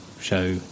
show